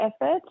effort